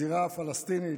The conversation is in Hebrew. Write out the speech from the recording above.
הזירה הפלסטינית,